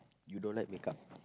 you don't like makeup